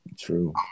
true